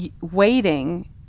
waiting